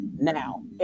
Now